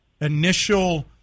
initial